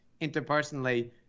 interpersonally